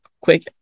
quick